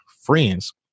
friends